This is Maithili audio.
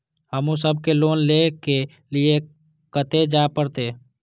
हमू सब के लोन ले के लीऐ कते जा परतें?